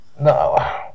No